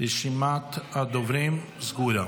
רשימת הדוברים סגורה.